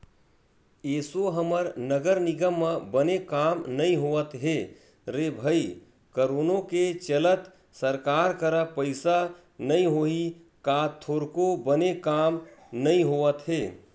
एसो हमर नगर निगम म बने काम नइ होवत हे रे भई करोनो के चलत सरकार करा पइसा नइ होही का थोरको बने काम नइ होवत हे